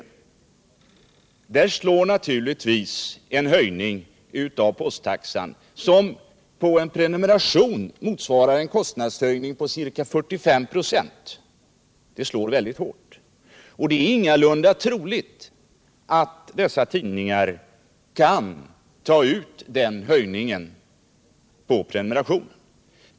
Där slår naturligtvis en höjning av posttaxan väldigt hårt. På en prenumeration motsvarar det en kostnadshöjning med ca 45 kr. Det är ingalunda troligt att dessa tidningar kan ta ut höjningen på prenumeration.